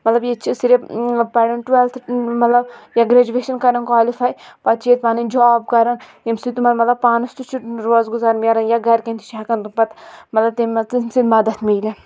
مَطلَب ییٚتہِ چھ صِرِف پَران ٹُوؠلتھٕ مَطلَب یا گَریٚجویشَن کَران کالفاے پَتہٕ چھ ییٚتہِ پَنٕنۍ جاب کَران ییٚمہِ سٟتۍ تمَن پانَس تہِ چھ روزگُزار مِلان یا گَرِکؠن تہِ چھ تِم ہؠکان تِم پَتہٕ مَطلَب تمہِ منٛز تمہِ سٟتۍ مَدَتھ میٖلِتھ